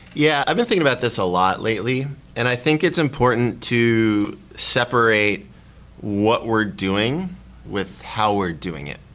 yeah. i've been thinking about this a lot lately, and i think it's important to separate what we're doing with how we're doing it.